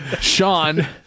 Sean